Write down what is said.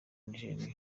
nigeria